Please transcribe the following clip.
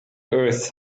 earth